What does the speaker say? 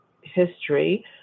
history